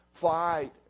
Fight